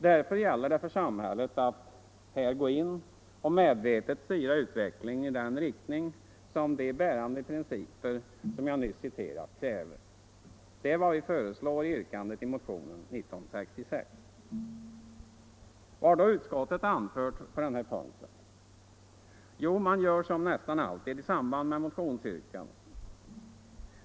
Därför gäller det för samhället att här gå in och medvetet styra utvecklingen i den riktning som de bärande principer som jag nyss citerat kräver. Det är vad vi föreslår i yrkandet 1 i motionen nr 1966. Vad har då utskottet att anföra på den här punkten? Jo, man gör som nästan alltid i samband med motionsyrkanden.